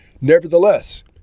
Nevertheless